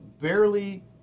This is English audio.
barely